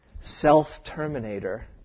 self-terminator